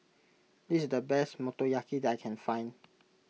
this is the best Motoyaki that I can find